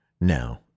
Now